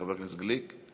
חבר הכנסת גליק?